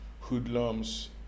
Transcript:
hoodlums